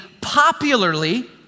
popularly